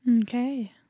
Okay